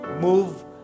Move